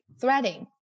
threading